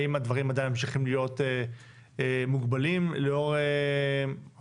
האם הדברים עדיין ממשיכים להיות מוגבלים לאור האומיקרון,